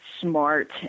smart